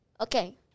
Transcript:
Okay